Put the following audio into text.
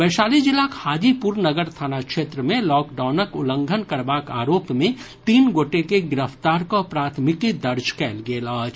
वैशाली जिलाक हाजीपुर नगर थाना क्षेत्र मे लॉकडाउनक उल्लंघन करबाक आरोप मे तीन गोटे के गिरफ्तार कऽ प्राथमिकी दर्ज कयल गेल अछि